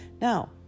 Now